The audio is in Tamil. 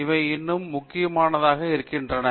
அவை இன்னமும் முக்கியமானவையாக இருக்கின்றன